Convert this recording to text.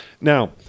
Now